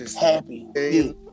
happy